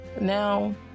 Now